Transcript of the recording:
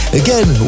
again